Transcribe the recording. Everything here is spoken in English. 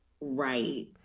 right